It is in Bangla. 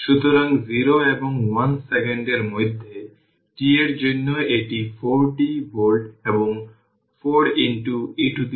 সুতরাং ix vx15 সুতরাং এটি হবে 75 e থেকে পাওয়ার 25 t15 05 e থেকে পাওয়ার 25 t অ্যাম্পিয়ার এটি r ix